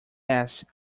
asked